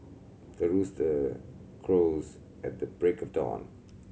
the rooster crows at the break of dawn